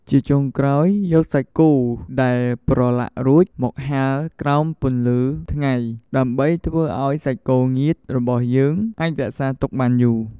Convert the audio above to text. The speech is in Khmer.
ជាចុងក្រោយយកសាច់គោដែលប្រឡាក់រួចមកហាលក្រោមពន្លឺថ្ងៃដើម្បីធ្វើឲ្យសាច់គោងៀតរបស់យើងអាចរក្សាទុកបានយូរ។